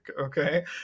okay